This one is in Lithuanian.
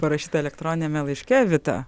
parašyta elektroniniame laiške vita